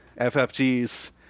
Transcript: ffg's